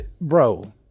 bro